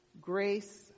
Grace